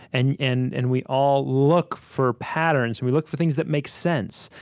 and and and we all look for patterns, and we look for things that make sense.